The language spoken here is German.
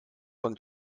von